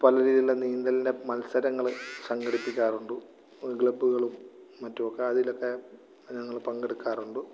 പല രീതിയിലുള്ള നീന്തലിൻ്റെ മത്സരങ്ങള് സംഘടിപ്പിക്കാറുണ്ട് ക്ലബ്ബുകളും മറ്റുമൊക്കെ അതിലൊക്കെ അധികം ഞങ്ങള് പങ്കെടുക്കാറുണ്ട്